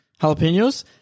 jalapenos